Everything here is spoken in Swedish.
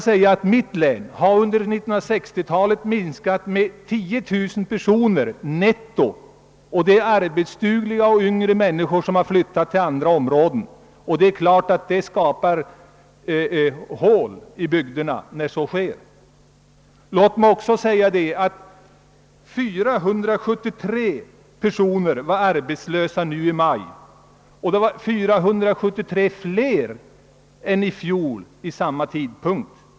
Mitt läns befolkning har under 1960 talet minskat med 10 000 personer; det är arbetsdugliga, yngre människor som flyttat. Detta skapar givetvis hål i bygderna. 1318 personer var arbetslösa i maj och detta var 473 fler än i fjol vid samma tidpunkt.